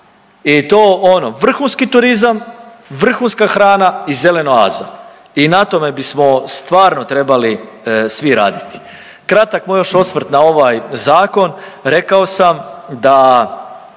I to ono vrhunski turizam, vrhunska hrana i zelena oaza. I na tome bismo stvarno svi raditi. Kratak moj još osvrt na ovaj zakon. Rekao sam da